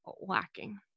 lacking